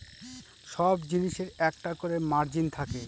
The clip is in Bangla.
সব জিনিসের একটা করে মার্জিন থাকে